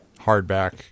Hardback